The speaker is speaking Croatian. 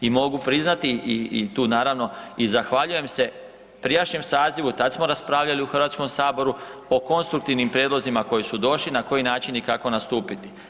I mogu priznati i tu naravno i zahvaljujem se prijašnjem sazivu, tad smo raspravljali u HS o konstruktivnim prijedlozima koji su došli, na koji način i kako nastupiti.